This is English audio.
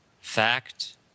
Fact